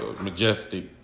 majestic